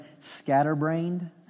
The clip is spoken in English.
scatterbrained